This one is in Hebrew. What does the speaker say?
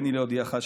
הריני להודיעך שלא,